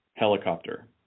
helicopter